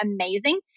amazing